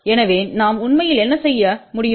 எனவே நாம் உண்மையில் என்ன செய்ய முடியும்